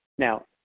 Now